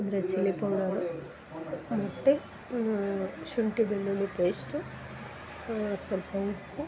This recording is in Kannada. ಅಂದರೆ ಚಿಲ್ಲಿ ಪೌಡರು ಮತ್ತು ಶುಂಠಿ ಬೆಳ್ಳುಳ್ಳಿ ಪೇಸ್ಟು ಸ್ವಲ್ಪ ಉಪ್ಪು